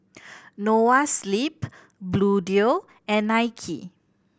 Noa Sleep Bluedio and Nike